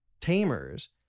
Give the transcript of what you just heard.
tamers